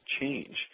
change